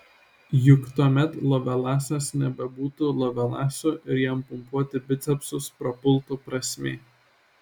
juk tuomet lovelasas nebebūtų lovelasu ir jam pompuoti bicepsus prapultų prasmė